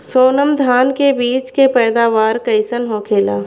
सोनम धान के बिज के पैदावार कइसन होखेला?